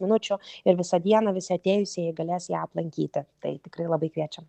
minučių ir visą dieną visi atėjusieji galės ją aplankyti tai tikrai labai kviečiam